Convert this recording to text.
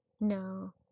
No